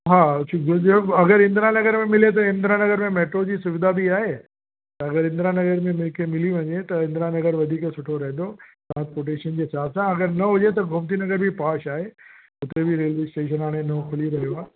हा असीं गुरुदेव अगरि इंदिरा नगर में मिले थो इंदिरा नगर में मेट्रो जी सुविधा बि आहे ऐं वरी इंदिरा नगर में मूंखे मिली वञे त इंदिरा नगर वधीक सुठो रहंदो ट्रांसपोर्टेशन जे हिसाब सां अगरि न हुजे त गोमती नगर बि पॉश आहे हुते बि रेलवे स्टेशन हाणे नओं खुली रहियो आहे